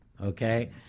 Okay